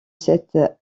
cet